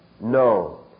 no